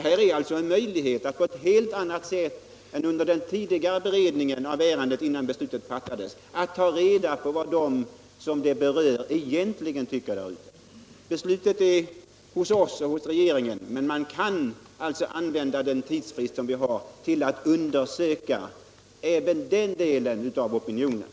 Här finns en möjlighet att på ett helt annat sätt än som skedde under den tidigare beredningen innan beslutet fattades ta reda på vad berörda människor egentligen tycker. Det ankommer på oss och regeringen att fatta beslut, men man kan använda tidsfristen till att undersöka opinionen hos de berörda.